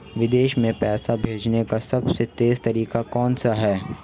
विदेश में पैसा भेजने का सबसे तेज़ तरीका कौनसा है?